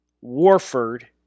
Warford